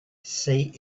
say